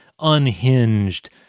unhinged